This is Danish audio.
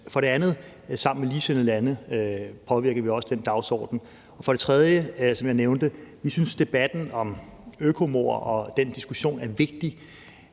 For det andet påvirker vi sammen med ligesindede lande også den dagsorden. For det tredje synes vi, som jeg nævnte, at debatten om økomord og den diskussion er vigtig.